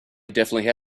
definitely